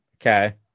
Okay